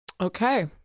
okay